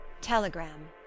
Telegram